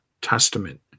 Testament